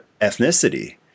ethnicity